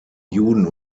juden